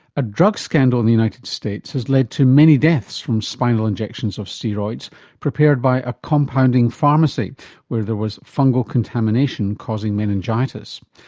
a drug scandal in the united states has led to many deaths from spinal injections of steroids prepared by a compounding pharmacy where there was fungal contamination causing meningitis,